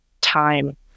time